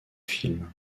film